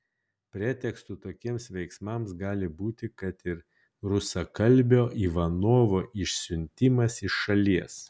pretekstu tokiems veiksmams gali būti kad ir rusakalbio ivanovo išsiuntimas iš šalies